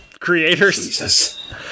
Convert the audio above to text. creators